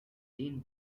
jean